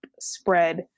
spread